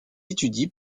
étudie